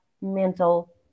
mental